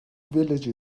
village